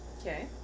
okay